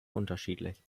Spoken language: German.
unterschiedlich